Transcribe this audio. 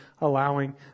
allowing